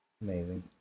amazing